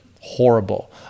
horrible